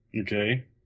Okay